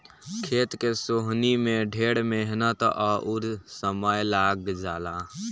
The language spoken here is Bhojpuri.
खेत के सोहनी में ढेर मेहनत अउर समय लाग जला